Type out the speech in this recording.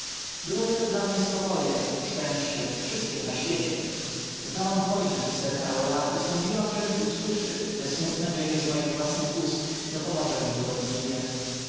byłoby to dla mnie spokojem szczęściem wszystkiem na świecie znałam hojność sir karola i sądziłam że gdy usłyszy te smutne dzieje z moich własnych ust dopomoże mi niewątpliwie